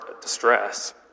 distress